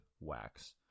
wax